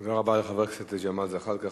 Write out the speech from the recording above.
תודה רבה לחבר הכנסת ג'מאל זחאלקה.